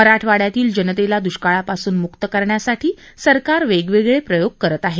मराठवाड्यातील जनतेला द्ष्काळापासून म्क्त करण्यासाठी सरकार वेगवेगळे प्रयोग करत आहे